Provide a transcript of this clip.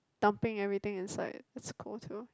dumping everything inside